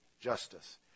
justice